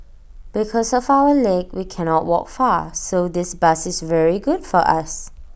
because of our leg we cannot walk far so this bus is very good for us